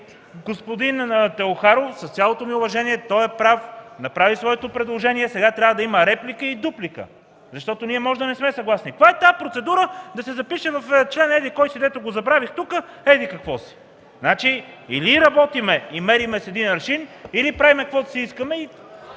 Господин Теохаров, с цялото ми уважение – той е прав, направи своето предложение, и сега трябва да има реплика и дуплика. Защото ние може да не сме съгласни. Каква е тази процедура – да се запише в член еди-кой си, дето го забравих тук, еди-какво си?! Или работим и мерим с един аршин, или правим каквото си искаме, и